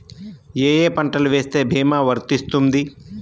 ఏ ఏ పంటలు వేస్తే భీమా వర్తిస్తుంది?